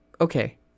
Okay